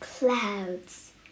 Clouds